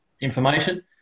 information